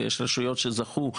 ויש בו רשויות שזכו,